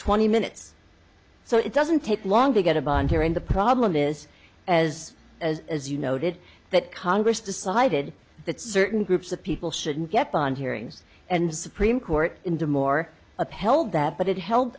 twenty minutes so it doesn't take long to get a bond hearing the problem is as as as you noted that congress decided that certain groups of people shouldn't get on hearings and supreme court in the more upheld that but it held